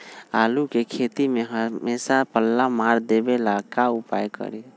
आलू के खेती में हमेसा पल्ला मार देवे ला का उपाय करी?